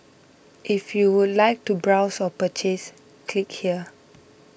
if you would like to browse or purchase click here